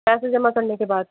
پیسے جمع کرنے کے بعد